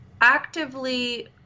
actively